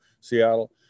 Seattle